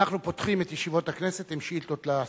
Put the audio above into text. אנחנו פותחים את ישיבות הכנסת בשאילתות לשרים.